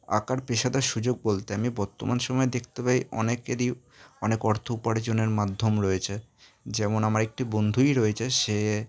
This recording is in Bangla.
আঁকার পেশাদার সুযোগ বলতে আমি বর্তমান সময়ে দেখতে পাই অনেকেরই অনেক অর্থ উপার্জনের মাধ্যম রয়েছে যেমন আমার একটি বন্ধুই রয়েছে সে